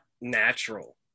natural